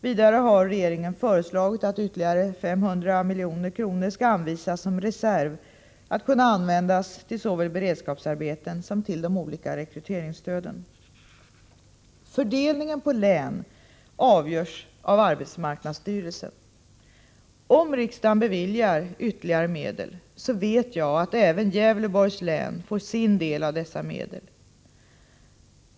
Vidare har regeringen föreslagit att ytterligare 500 milj.kr. skall anvisas som reserv att kunna användas såväl till beredskapsarbeten som till de olika rekryteringsstöden. Fördelningen av medel på län görs av arbetsmarknadsstyrelsen. Om riksdagen beviljar ytterligare medel vet jag att även Gävleborgs län får sin del av dessa medel.